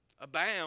abound